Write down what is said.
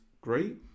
great